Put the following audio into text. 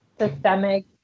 systemic